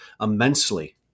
immensely